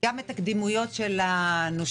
ולבדוק גם את הקדימויות של הנושים.